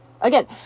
again